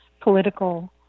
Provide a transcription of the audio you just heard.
political